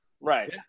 right